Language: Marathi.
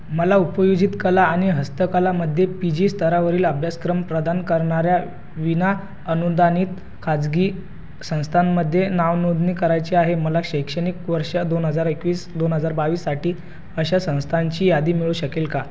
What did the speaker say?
मला उपयोजित कला आणि हस्तकलामध्ये पी जी स्तरावरील अभ्यासक्रम प्रदान करणाऱ्या विना अनुदानित खाजगी संस्थांमध्ये नावनोंदणी करायची आहे मला शैक्षणिक वर्ष दोन हजार एकवीस दोन हजार बावीस साठी अशा संस्थांची यादी मिळू शकेल का